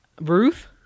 Ruth